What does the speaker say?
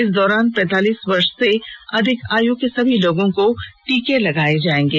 इस दौरान पैंतालीस वर्ष से अधिक आयु के सभी लोगों को टीके लगाये जाएंगे